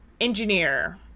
engineer